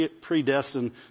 predestined